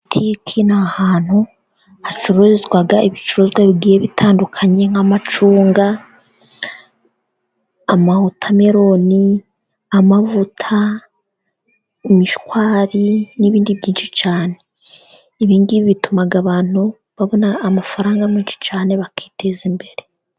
Butike ni ahantu hacururizwa ibicuruzwa bigiye bitandukanye nk'amacunga, amawotameroni, amavuta, imishwari n'ibindi byinshi cyane. Ibingibi bituma abantu babona amafaranga menshi cyane bakiteza imbere.